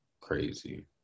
crazy